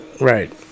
Right